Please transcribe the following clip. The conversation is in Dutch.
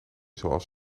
zoals